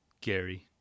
Gary